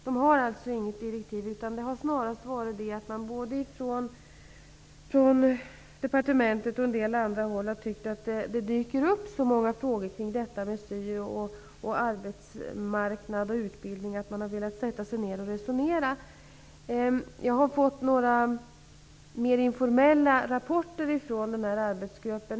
Den har alltså inga direktiv. Det har snarast varit så att man både på departement och på en del andra håll har tyckt att det dyker upp så många frågor om syoverksamhet, arbetsmarknad och utbildning att man har velat sätta sig ner och resonera. Jag har fått några mera informella rapporter från denna arbetsgrupp.